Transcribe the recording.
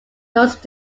those